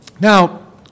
Now